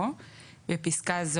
והיטל השבחה כן עסקה.